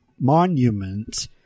monument